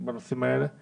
אליה בתפיסה אחרת.